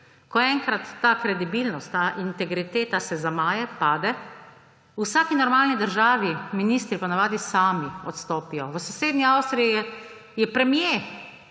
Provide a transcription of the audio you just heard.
Ko enkrat ta kredibilnost, ta integriteta se zamaje, pade, v vsaki normalni državi ministri po navadi sami odstopijo. V sosednji Avstriji je premier